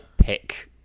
pick